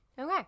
Okay